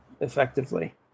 effectively